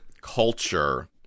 culture